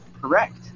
Correct